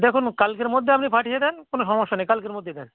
দেখুন কালকের মধ্যে আপনি পাঠিয়ে দিন কোনো সমস্যা নেই কালকের মধ্যেই দিন